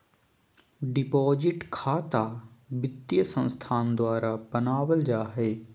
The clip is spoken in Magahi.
डिपाजिट खता वित्तीय संस्थान द्वारा बनावल जा हइ